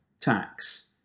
Tax